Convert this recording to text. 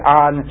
on